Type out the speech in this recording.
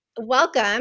Welcome